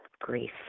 grief